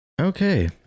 Okay